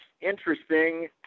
interesting